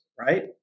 right